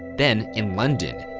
then in london,